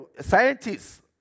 Scientists